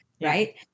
Right